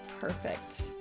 Perfect